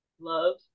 Love